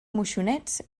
moixonets